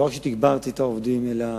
לא רק שתגברתי את העובדים, אלא